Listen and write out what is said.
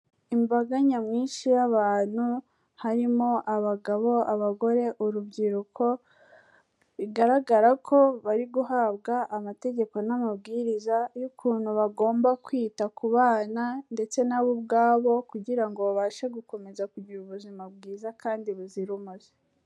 Imbaga nyamwinshi y'abantu harimo abagabo, abagore, urubyiruko, bigaragara ko bari guhabwa amategeko n'amabwiriza y'ukuntu bagomba kwita ku bana ndetse nabo ubwabo, kugira ngo babashe gukomeza kugira ubuzima bwiza kandi buzira umuze.